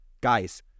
Guys